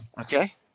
Okay